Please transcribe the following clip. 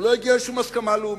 הוא לא הגיע לשום הסכמה לאומית.